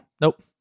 Nope